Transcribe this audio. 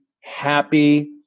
happy